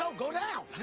so go down!